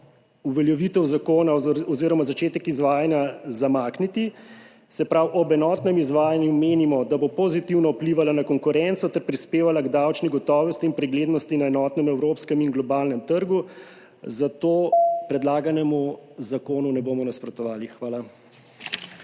uveljavitev zakona oziroma začetek izvajanja zamakniti, se pravi, ob enotnem izvajanju menimo, da bo pozitivno vplivala na konkurenco ter prispevala k davčni gotovosti in preglednosti na enotnem evropskem in globalnem trgu. Zato predlaganemu zakonu ne bomo nasprotovali. Hvala.